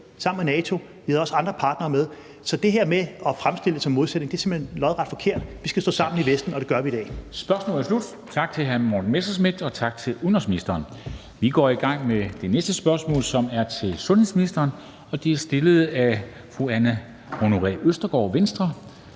sammen med NATO. Vi havde også andre partnere med. Så det her med at fremstille det som en modsætning er simpelt hen lodret forkert. Vi skal stå sammen i Vesten, og det gør vi i dag. Kl. 13:16 Formanden (Henrik Dam Kristensen): Spørgsmålet er slut. Tak til hr. Morten Messerschmidt, og tak til udenrigsministeren. Vi går i gang med det næste spørgsmål, som er til sundhedsministeren. Det er stillet af fru Anne Honoré Østergaard, Venstre.